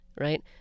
right